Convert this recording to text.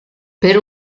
per